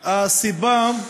יוסף ג'בארין ויעקב